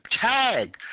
tag